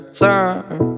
time